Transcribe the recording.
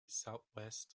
southwest